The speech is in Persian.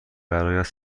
برایت